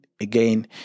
again